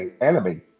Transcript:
enemy